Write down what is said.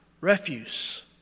refuse